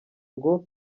ngo